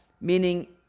meaning